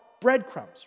Breadcrumbs